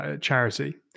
charity